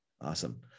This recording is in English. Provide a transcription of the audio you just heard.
Awesome